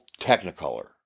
technicolor